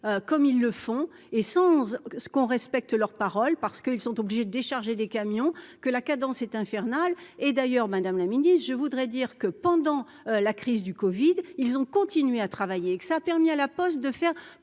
comme ils le font et sont ce qu'on respecte leur parole parce qu'ils sont obligés de décharger des camions que la cadence est infernale et d'ailleurs, Madame la Ministre, je voudrais dire que pendant la crise du Covid ils ont continué à travailler et que ça a permis à la Poste de faire